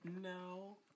No